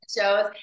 shows